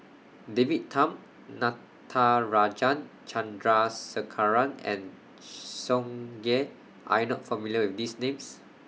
David Tham Natarajan Chandrasekaran and Tsung Yeh Are YOU not familiar with These Names